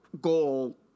goal